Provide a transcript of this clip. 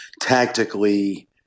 Tactically